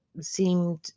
seemed